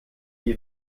eine